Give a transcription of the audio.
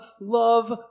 love